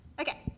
Okay